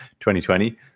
2020